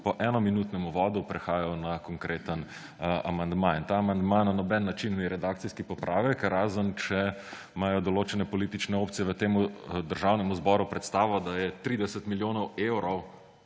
po enominutnem uvodu prehajal na konkreten amandma. In ta amandma na noben način ni redakcijski popravek, razen če imajo določene politične opcije v tem državnem zboru predstavo, da je 30 milijonov evrov